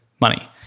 money